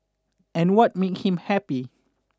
and what make him happy